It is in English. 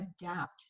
adapt